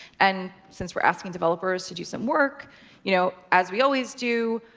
and since we're asking developers to do some work you know as we always do,